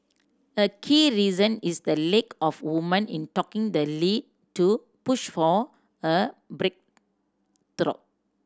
a key reason is the lake of woman in talking the lead to push for a breakthrough